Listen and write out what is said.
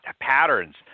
patterns